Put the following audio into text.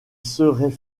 seraient